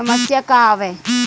समस्या का आवे?